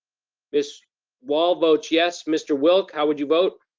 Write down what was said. miss wall votes yes, mr. wilk, how would you vote?